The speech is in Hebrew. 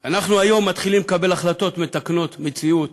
היום אנחנו מתחילים לקבל החלטות מתקנות מציאות